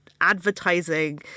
advertising